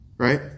Right